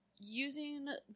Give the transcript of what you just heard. using